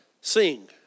sing